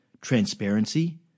transparency